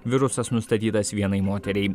virusas nustatytas vienai moteriai